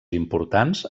importants